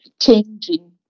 changing